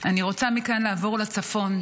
מכאן אני רוצה לעבור לצפון.